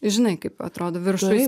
žinai kaip atrodo viršuj